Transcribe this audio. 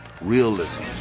realism